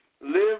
live